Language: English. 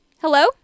Hello